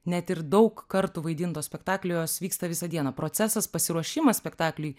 net ir daug kartų vaidinto spektaklio jos vyksta visą dieną procesas pasiruošimas spektakliui